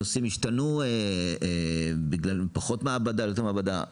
הנושאים השתנו בגלל פחות מעבדה, יותר מעבדה.